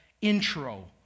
intro